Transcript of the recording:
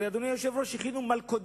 הרי, אדוני היושב-ראש, הכינו מלכודות,